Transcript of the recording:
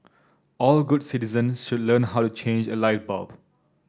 all good citizens should learn how to change a light bulb